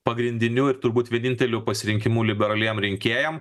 pagrindiniu ir turbūt vieninteliu pasirinkimu liberaliem rinkėjam